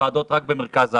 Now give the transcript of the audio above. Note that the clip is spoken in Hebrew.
הוועדות רק במרכז הארץ.